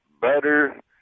butter